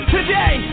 Today